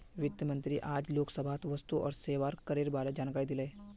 वित्त मंत्री आइज लोकसभात वस्तु और सेवा करेर बारे जानकारी दिले